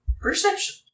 Perception